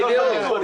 זה לא סוד ביטחוני.